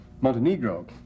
Montenegro